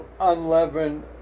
Unleavened